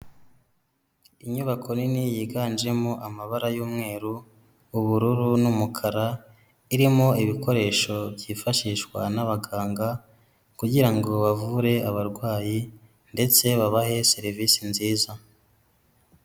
Inyubako nini yiganjemo amabara y'umweru, ubururu n'umukara, irimo ibikoresho byifashishwa n'abaganga kugira ngo bavure abarwayi ndetse babahe serivisi nziza.